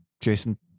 Jason